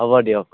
হ'ব দিয়ক